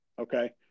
Okay